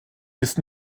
ist